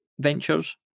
ventures